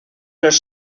los